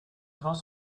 was